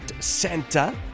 Santa